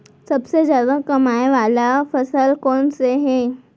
सबसे जादा कमाए वाले फसल कोन से हे?